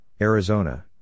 Arizona